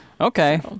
Okay